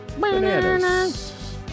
Bananas